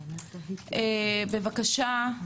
בבקשה.